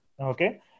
Okay